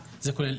הוא צודק,